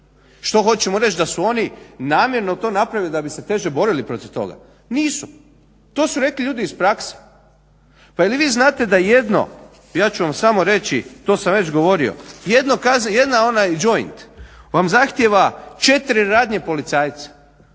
Što hoćemo reći da su oni namjerno to napravili da bi se teže borili protiv toga? Nisu. To su rekli ljudi iz prakse. Pa je li vi znate da jedno, ja ću vam samo reći, to sam već govorio, jedan onaj joint vam zahtijeva četiri radnje policajca,